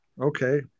okay